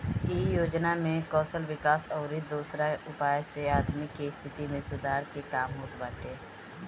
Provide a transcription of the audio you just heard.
इ योजना में कौशल विकास अउरी दोसरा उपाय से आदमी के स्थिति में सुधार के काम होत बाटे